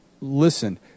listen